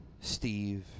steve